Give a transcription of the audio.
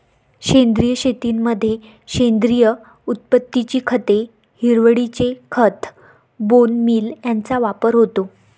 सेंद्रिय शेतीमध्ये सेंद्रिय उत्पत्तीची खते, हिरवळीचे खत, बोन मील यांचा वापर होतो